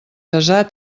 desar